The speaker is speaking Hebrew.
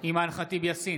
אימאן ח'טיב יאסין,